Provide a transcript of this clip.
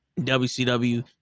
WCW